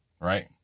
right